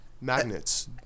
Magnets